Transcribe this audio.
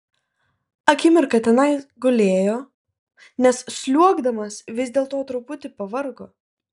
akimirką tenai gulėjo nes sliuogdamas vis dėlto truputį pavargo